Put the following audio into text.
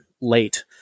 late